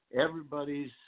everybody's